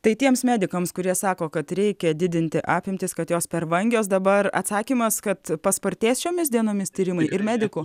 tai tiems medikams kurie sako kad reikia didinti apimtis kad jos per vangios dabar atsakymas kad paspartės šiomis dienomis tyrimai ir medikų